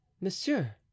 Monsieur